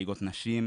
ליגות נשים,